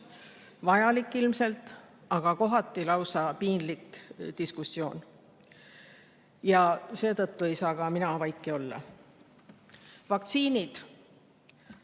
vajalik ilmselt, aga kohati lausa piinlik diskussioon. Ja seetõttu ei saa ka mina vaiki olla. Vaktsiinid